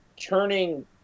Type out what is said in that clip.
turning